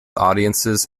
audiences